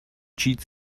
cheats